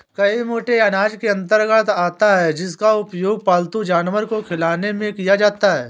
जई मोटे अनाज के अंतर्गत आता है जिसका उपयोग पालतू जानवर को खिलाने में किया जाता है